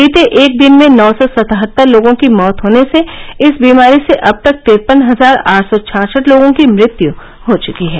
बीते एक दिन में नौ सौ सतहत्तर लोगों की मौत होने से इस बीमारी से अब तक तिरपन हजार आठ सौ छाछठ लोगों की मृत्यु हो चुकी है